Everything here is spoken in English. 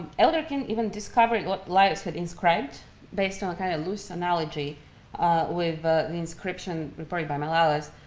elderkin even discovering what leios had inscribed based on a kind of loose analogy with the inscription, reported by malalas,